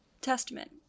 testament